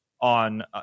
on